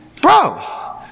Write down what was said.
Bro